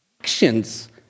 actions